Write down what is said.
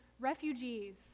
refugees